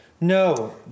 No